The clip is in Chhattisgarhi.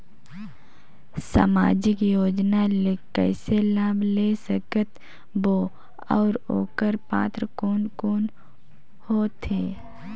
समाजिक योजना ले कइसे लाभ ले सकत बो और ओकर पात्र कोन कोन हो थे?